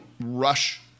rush